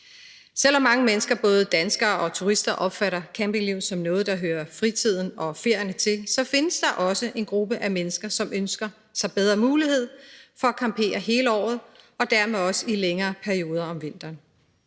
Selv om mange mennesker, både danskere og turister, opfatter campingliv som noget, der hører fritiden og ferierne til, så findes der også en gruppe af mennesker, som ønsker sig bedre mulighed for at campere hele året og dermed også i længere perioder om vinteren.